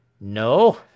No